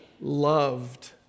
loved